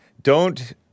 Don't-